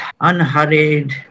unhurried